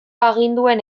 aginduen